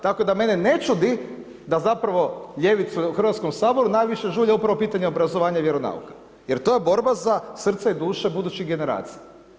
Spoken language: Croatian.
Tako da mene ne čudi da zapravo ljevicu u Hrvatskom saboru najviše žulja upravo pitanje obrazovanja i vjeronauka jer to je borba za srce i duše budućih generacija.